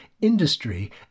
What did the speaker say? industry